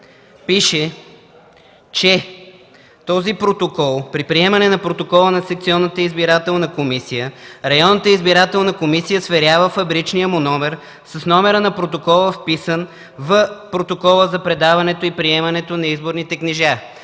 пише, че: „при приемане на протокола на секционната избирателна комисия, районната избирателна комисия сверява фабричния му номер с номера на протокола, вписан в протокола за предаването и приемането на изборните книжа”.